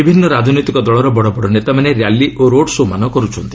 ବିଭିନ୍ନ ରାଜନୈତିକ ଦଳର ବଡ଼ ବଡ଼ ନେତାମାନେ ର୍ୟାଲି ଓ ରୋହ୍ ଶୋ' ମାନ କର୍ତ୍ଥନ୍ତି